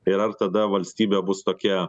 tai ir ar tada valstybė bus tokia